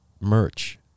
merch